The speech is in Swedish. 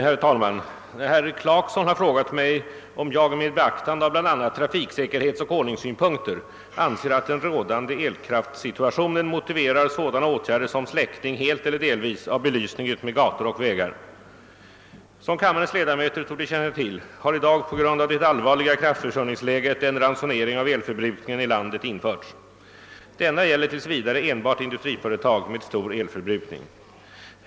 Herr talman! Herr Clarkson har frågat mig om jag — med beaktande bl.a. av trafiksäkerhetsoch ordningssynpunkter — anser att den rådande elkraftsituationen motiverar sådana åtgärder som släckning, helt eller delvis, av belysning utmed gator och vägar. Som kammarens ledamöter torde känna till har i dag på grund av det allvarliga kraftförsörjningsläget en ransonering av elförbrukningen i landet införts. Denna gäller tills vidare enbart industriföretag med stor elförbrukning.